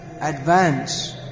advance